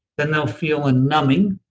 then they'll feel a numbing,